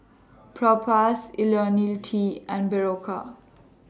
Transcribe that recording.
Propass Ionil T and Berocca